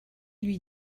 lui